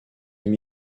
film